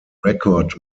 record